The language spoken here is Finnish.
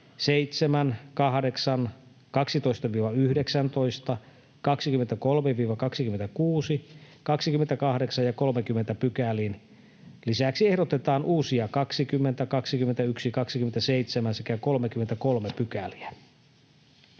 7, 8, 12—19, 23—26, 28 ja 30 §:iin. Lisäksi ehdotetaan uusia 20, 21, 27 sekä 33 §:iä.